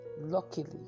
luckily